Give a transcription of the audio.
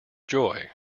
joy